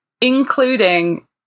including